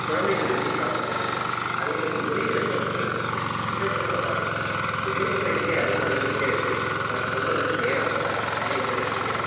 குழந்தைகள் விரும்பி சாப்பிட்றது அதேமாதிரி ஒளி விளக்குனு ஒரு மீன் இருக்குது இந்த மீனும் நல்லாயிருக்கும் இதமாரி மீன்களின் எண்ணிக்கை அதிகமாக இருந்துக்கிட்டே இருக்குது பட் சொல்லுறதுக்கு நேரம் பற்றாது அதனால் இதோடய நிறுத்திக்கிறேன்